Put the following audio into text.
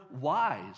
wise